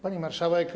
Pani Marszałek!